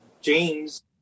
James